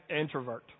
introvert